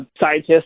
scientists